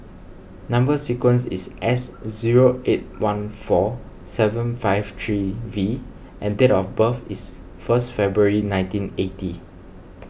Number Sequence is S zero eight one four seven five three V and date of birth is first February nineteen eighty